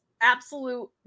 absolute